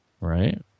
right